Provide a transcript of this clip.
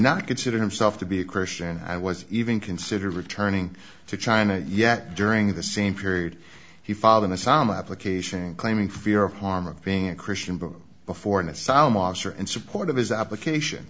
not consider himself to be a christian i was even consider returning to china yet during the same period he followed in the sama application claiming fear of harm of being a christian book before an asylum officer in support of his application